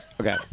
Okay